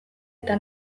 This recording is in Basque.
eta